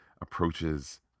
approaches